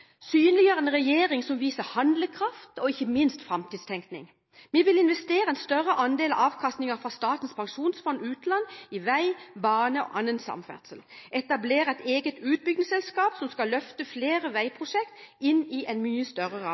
synliggjør en regjering som viser handlekraft og ikke minst framtidstenkning. Vi vil investere en større andel av avkastningen fra Statens pensjonsfond utland i vei, bane og annen samferdsel, etablere et eget utbyggingsselskap som skal løfte flere veiprosjekt inn i en mye større